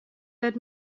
that